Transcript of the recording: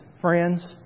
friends